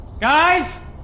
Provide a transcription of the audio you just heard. guys